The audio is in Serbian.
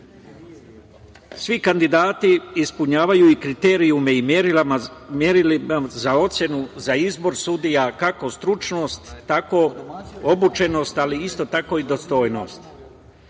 kandidati ispunjavaju kriterijume i merila za izbor sudija, kako stručnost, tako obučenost, ali isto tako i dostojnost.